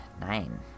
nine